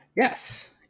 Yes